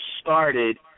started